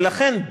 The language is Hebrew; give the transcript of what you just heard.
ולכן,